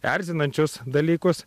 erzinančius dalykus